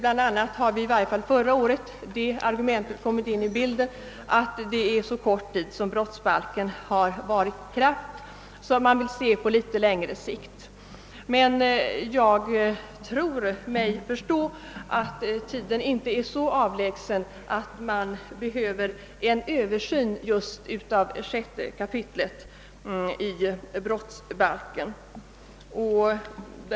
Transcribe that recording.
Bl.a. har i varje fall förra året det argumentet kommit in i bilden, att brottsbalken varit i kraft så kort tid att man ville avvakta och se. Jag tror mig emellertid förstå att den tid inte är så avlägsen då en översyn av just 6 kap. i brottsbalken måste komma till stånd.